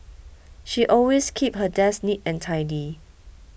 she always keeps her desk neat and tidy